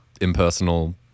impersonal